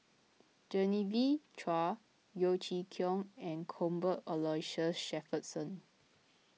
Genevieve Chua Yeo Chee Kiong and Cuthbert Aloysius Shepherdson